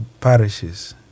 parishes